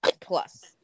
plus